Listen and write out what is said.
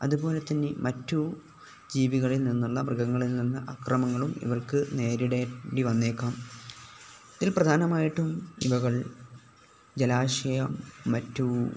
അതുപോലെ തന്നെ മറ്റു ജീവികളിൽ നിന്നുള്ള മൃഗങ്ങളിൽ നിന്ന് അക്രമങ്ങളും ഇവർക്കു നേരിടേണ്ടി വന്നേക്കാം ഇതിൽ പ്രധാനമായിട്ടും ഇവകൾ ജലാശയം മറ്റു